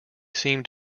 seemed